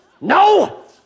No